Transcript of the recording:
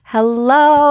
Hello